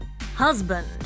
Husband